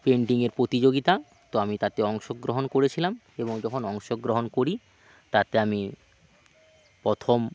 পেন্টিংয়ের প্রতিযোগিতা তো আমি তাতে অংশগ্রহণ করেছিলাম এবং তখন অংশগ্রহণ করি তাতে আমি প্রথম